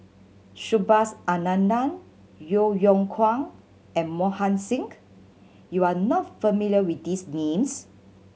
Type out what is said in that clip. Subhas Anandan Yeo Yeow Kwang and Mohan Singh you are not familiar with these names